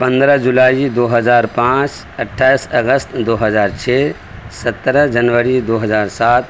پندرہ جولائی دو ہزار پانچ اٹھائیس اگست دو ہزار چھ سترہ جنوری دو ہزار سات